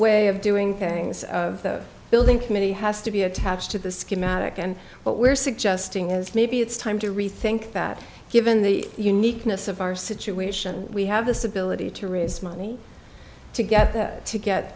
way of doing things of building committee has to be attached to the schematic and what we're suggesting is maybe it's time to rethink that given the uniqueness of our situation we have this ability to raise money to get t